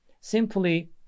simply